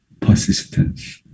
persistence